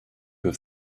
have